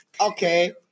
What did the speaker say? Okay